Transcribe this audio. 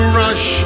rush